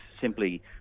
simply